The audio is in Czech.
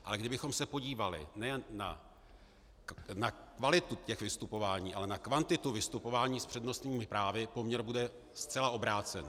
Ale kdybychom se podívali nejen na kvalitu vystupování, ale na kvantitu vystupování s přednostními právy, poměr bude zcela obrácený.